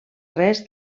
res